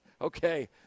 Okay